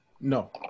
No